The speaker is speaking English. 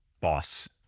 boss